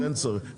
אין צורך.